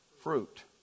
fruit